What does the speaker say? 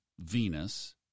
Venus